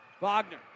Wagner